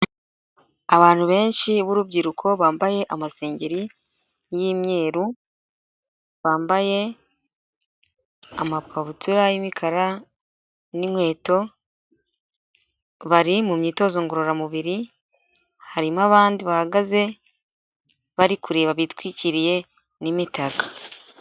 Abantu benshi b'urubyiruko bambaye amasengeri y'imyeru, bambaye amakabutura y'imikara n'inkweto, bari mu myitozo ngororamubiri, harimo abandi bahagaze bari kureba bitwikiriye n'imitaka.